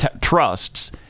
trusts